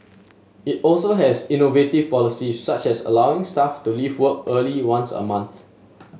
it also has innovative policies such as allowing staff to leave work early once a month